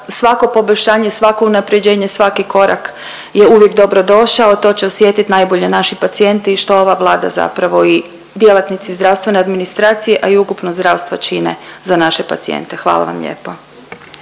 svako poboljšanje, svako unapređenje, svaki korak je uvijek dobrodošao. To će osjetit najbolje naši pacijenti što ova Vlada zapravo i djelatnici zdravstvene administracije, a i ukupno zdravstvo čine za naše pacijente. Hvala vam lijepo.